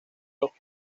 los